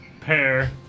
pair